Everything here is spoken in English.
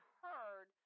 heard